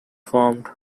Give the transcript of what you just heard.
formed